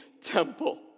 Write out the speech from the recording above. temple